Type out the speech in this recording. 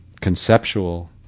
conceptual